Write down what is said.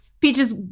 Peaches